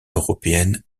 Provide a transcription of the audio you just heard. européennes